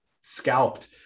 scalped